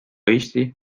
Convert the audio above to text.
eesti